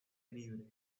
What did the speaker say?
libre